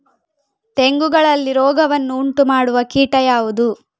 ತೆಂಗುಗಳಲ್ಲಿ ರೋಗವನ್ನು ಉಂಟುಮಾಡುವ ಕೀಟ ಯಾವುದು?